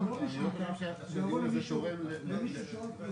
רעש ועבודות מחוץ לשעות המקובלות,